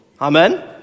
Amen